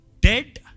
dead